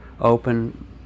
open